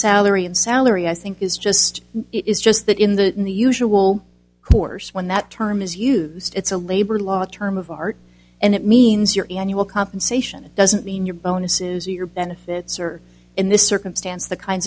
salary and salary i think is just it is just that in the in the usual course when that term is used it's a labor law term of art and it means your annual compensation doesn't mean your bonuses or your benefits or in this circumstance the kinds